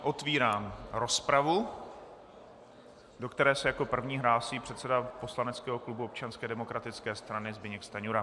Otevírám rozpravu, do které se jako první hlásí předseda poslaneckého klubu Občanské demokratické strany Zbyněk Stanjura.